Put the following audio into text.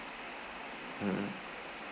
mmhmm